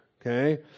Okay